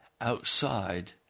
outside